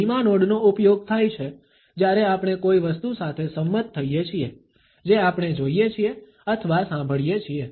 ધીમા નોડનો ઉપયોગ થાય છે જ્યારે આપણે કોઈ વસ્તુ સાથે સંમત થઈએ છીએ જે આપણે જોઈએ છીએ અથવા સાંભળીએ છીએ